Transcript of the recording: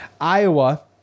Iowa